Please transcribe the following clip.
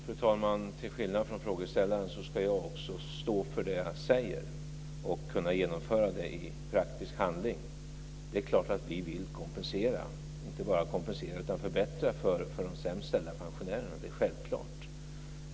Fru talman! Till skillnad från frågeställaren ska jag också stå för det jag säger och kunna genomföra det i praktisk handling. Det är klart att vi vill kompensera, och inte bara kompensera utan förbättra, för de sämst ställda pensionärerna; det är självklart.